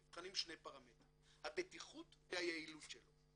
נבחנים שני פרמטרים: הבטיחות והיעילות שלו.